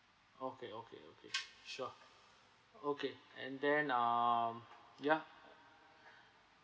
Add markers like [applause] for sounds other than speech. okay okay okay [noise] sure okay and then um ya